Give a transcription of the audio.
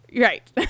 Right